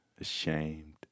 ashamed